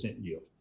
yield